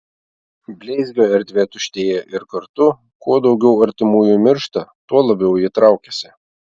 bleizgio erdvė tuštėja ir kartu kuo daugiau artimųjų miršta tuo labiau ji traukiasi